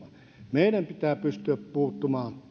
meidän pitää pystyä puuttumaan